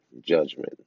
judgment